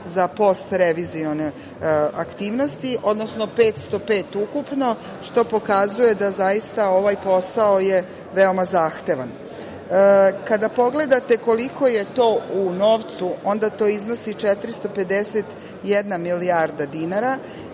za post revizione aktivnosti, odnosno 505 ukupno, što pokazuje da zaista ovaj posao je veoma zahtevan. Kada pogledate koliko je to u novcu, onda to iznosi 451 milijarda dinara